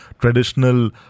traditional